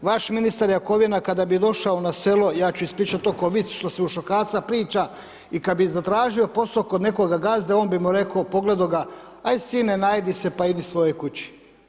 A vaš ministar Jakovina kada bi došao na selo, ja ću ispričati to k'o vic što se u šokaca priča i kad bi zatražio posao kod nekoga gazde, on bi mu rekao, pogledo ga, ajd sine najedi se, pa idi svojoj kući.